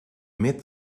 met